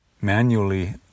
manually